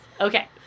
Okay